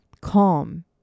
calm